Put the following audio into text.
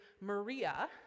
Maria